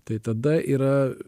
tai tada yra